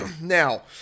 Now